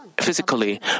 physically